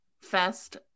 Fest